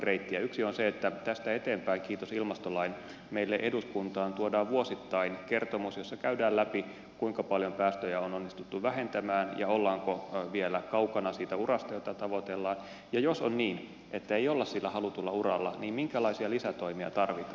yksi on se että tästä eteenpäin kiitos ilmastolain meille eduskuntaan tuodaan vuosittain kertomus jossa käydään läpi kuinka paljon päästöjä on onnistuttu vähentämään ja ollaanko vielä kaukana siitä urasta jota tavoitellaan ja jos on niin että ei olla sillä halutulla uralla niin minkälaisia lisätoimia tarvitaan